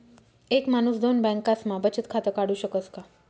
एक माणूस दोन बँकास्मा बचत खातं काढु शकस का?